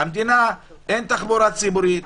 אין תחבורה ציבורית,